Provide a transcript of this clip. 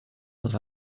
dans